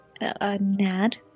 Nad